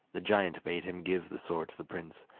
the giant bade him give the sword to the prince,